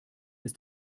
ist